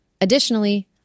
Additionally